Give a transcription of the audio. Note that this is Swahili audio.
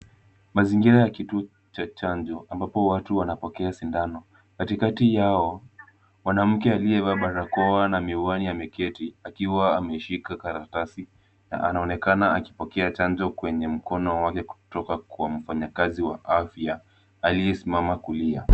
Mazingira ya kituo cha chanjo ambapo watu wanapokea sindano. Katikati yao mwanamke aliyevaa barakoa na miwani ameketi akiwa ameshika karatasi na anaonekana akipokea chanjo kwenye mkono wake kutoka kwa mfanyakazi wa afya aliyesimama kulia.